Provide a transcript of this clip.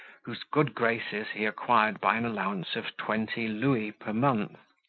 whose good graces he acquired by an allowance of twenty louis per month.